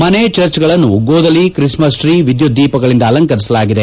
ಮನೆ ಚರ್ಚ್ಗಳನ್ನು ಗೋದಲಿ ತ್ರಿಸ್ಕನ್ ಟ್ರೀ ವಿದ್ಯುತ್ ದೀಪಗಳಿಂದ ಅಲಂಕರಿಸಲಾಗಿದೆ